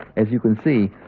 as you can see,